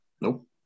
Nope